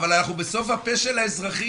אבל בסוף אנחנו הפה של האזרחים.